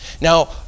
Now